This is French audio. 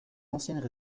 anciennes